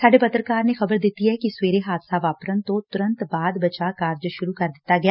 ਸਾਡੇ ਪੱਤਰਕਾਰ ਨੇ ਦਸਿਆ ਕਿ ਸਵੇਰੇ ਹਾਦਸਾ ਵਾਪਰਨ ਤੋਂ ਤੁਰੰਤ ਬਾਅਦ ਬਚਾਅ ਕਾਰਜ ਸੁਰੂ ਕਰ ਦਿੱਤਾ ਗਿਆ